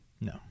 No